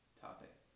topic